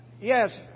Yes